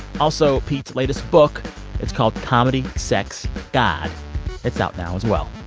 also, pete's latest book it's called comedy sex god it's out now as well.